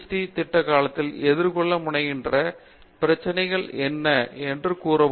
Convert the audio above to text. D திட்ட காலத்தில் எதிர்கொள்ள முனைகின்ற பிரச்சினைகள் என்ன என்று கூறவும்